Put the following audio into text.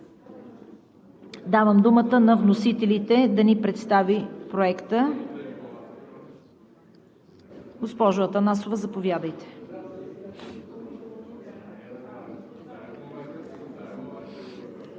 Давам думата на вносителите да ни представят Проекта. Госпожо Атанасова, заповядайте.